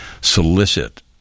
solicit